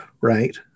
right